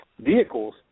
vehicles